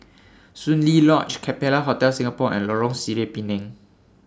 Soon Lee Lodge Capella Hotel Singapore and Lorong Sireh Pinang